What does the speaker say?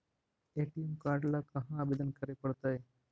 ATM card ल कहा आवेदन करे पड़तै?